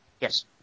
Yes